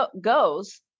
goes